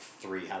three